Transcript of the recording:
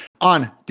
On